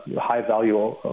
high-value